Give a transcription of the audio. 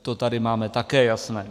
To tady máme také jasné.